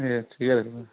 ए ठिकै रहेछ त